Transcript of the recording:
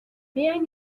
بیاین